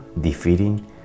defeating